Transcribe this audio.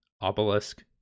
obelisk